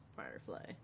Firefly